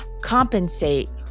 compensate